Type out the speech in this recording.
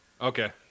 Okay